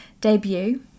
debut